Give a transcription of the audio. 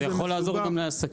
זה יכול לעזור גם לעסקים.